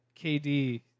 KD –